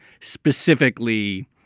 specifically